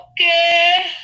Okay